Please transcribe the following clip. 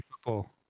football